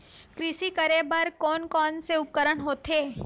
कृषि करेबर कोन कौन से उपकरण होथे?